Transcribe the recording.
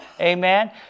Amen